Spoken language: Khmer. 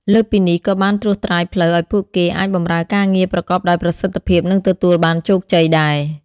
លើសពីនោះ ក៏បានត្រួសត្រាយផ្លូវឱ្យពួកគេអាចបម្រើការងារប្រកបដោយប្រសិទ្ធភាព និងទទួលបានជោគជ័យដែរ។